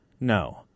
No